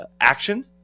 action